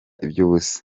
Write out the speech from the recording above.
iby’ubusa